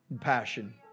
Passion